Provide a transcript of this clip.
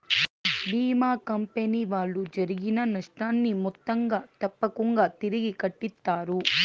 భీమా company వాళ్ళు జరిగిన నష్టాన్ని మొత్తంగా తప్పకుంగా తిరిగి కట్టిత్తారు